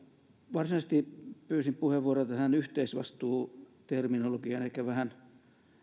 varsinaisesti pyysin puheenvuoroa tähän yhteisvastuu terminologiaan elikkä vähän